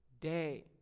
day